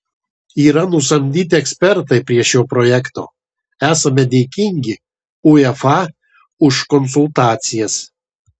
yra nusamdyti ekspertai prie šio projekto esame dėkingi uefa už konsultacijas